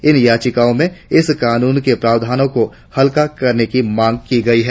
इन याचिकाओं में इस कानून के प्रावधानों को हल्का करने की मांग की गई है